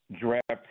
draft